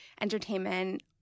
entertainment